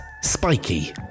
spiky